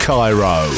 Cairo